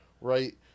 right